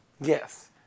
yes